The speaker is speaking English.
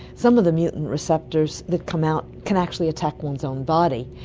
some of the mutant receptors that come out can actually attack one's own body,